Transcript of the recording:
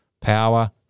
power